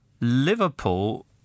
Liverpool